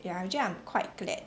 ya actually I'm quite glad